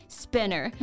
spinner